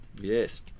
Yes